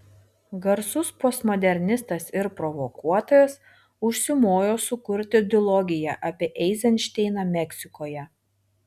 garsus postmodernistas ir provokuotojas užsimojo sukurti dilogiją apie eizenšteiną meksikoje